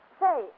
Say